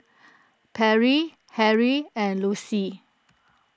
Perri Henri and Lucie